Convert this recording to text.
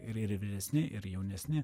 ir ir vyresni ir jaunesni